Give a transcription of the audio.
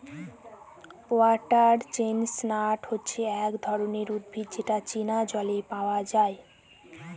water chestnut হচ্ছে এক ধরনের উদ্ভিদ যেটা চীনা জলে পাওয়া যায়